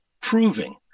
proving